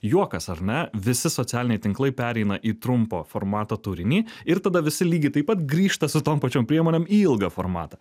juokas ar ne visi socialiniai tinklai pereina į trumpo formato turinį ir tada visi lygiai taip pat grįžta su tom pačiom priemonėm į ilgą formatą